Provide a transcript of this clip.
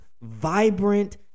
vibrant